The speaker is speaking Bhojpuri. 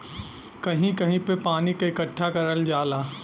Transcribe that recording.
कहीं कहीं पे पानी के इकट्ठा करल जाला